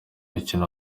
mukino